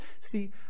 See